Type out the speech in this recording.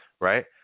Right